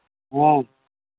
ᱦᱮᱸ